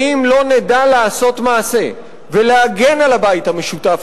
ואם לא נדע לעשות מעשה ולהגן על הבית המשותף